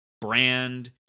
brand